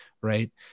Right